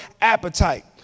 appetite